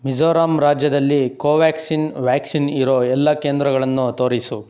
ಮಿಜೊರಾಮ್ ರಾಜ್ಯದಲ್ಲಿ ಕೋವ್ಯಾಕ್ಸಿನ್ ವ್ಯಾಕ್ಸಿನ್ ಇರೊ ಎಲ್ಲ ಕೇಂದ್ರಗಳನ್ನು ತೋರಿಸು